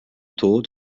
tod